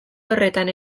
horretan